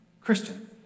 Christian